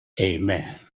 amen